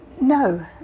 No